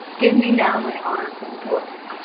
give me now my arms and horse!